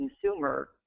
consumer